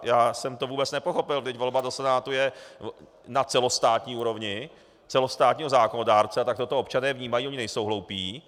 Já jsem to vůbec nepochopil, vždyť volba do Senátu je na celostátní úrovni, celostátního zákonodárce, a tak to to občané vnímají, oni nejsou hloupí.